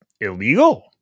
illegal